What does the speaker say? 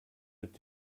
mit